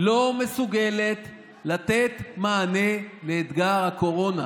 לא מסוגלת לתת מענה לאתגר הקורונה.